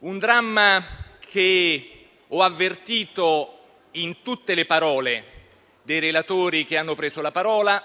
un dramma che ho avvertito in tutte le parole dei senatori che hanno preso la parola